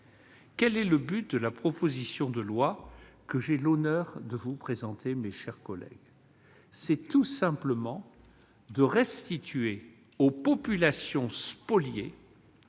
Quel est le but de la proposition de loi que j'ai l'honneur de vous présenter, mes chers collègues ?